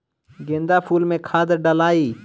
गेंदा फुल मे खाद डालाई?